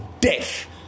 death